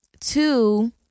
Two